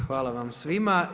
Hvala vam svima.